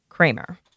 kramer